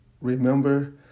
Remember